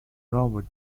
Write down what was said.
robert